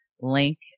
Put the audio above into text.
link